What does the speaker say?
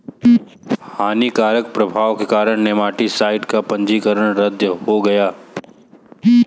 हानिकारक प्रभाव के कारण नेमाटीसाइड का पंजीकरण रद्द हो गया